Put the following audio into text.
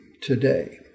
today